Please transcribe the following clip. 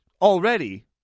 already